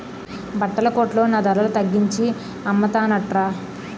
బట్టల కొట్లో నా ధరల తగ్గించి అమ్మతన్రట